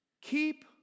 Keep